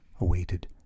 awaited